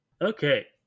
Okay